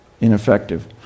ineffective